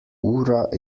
ura